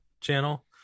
channel